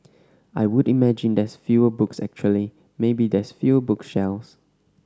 I would imagine there's fewer books actually maybe there's fewer book shelves